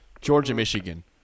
Georgia-Michigan